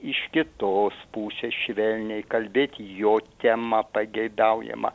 iš kitos pusės švelniai kalbėt jo tema pageidaujama